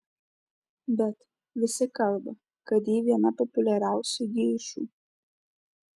bet visi kalba kad ji viena populiariausių geišų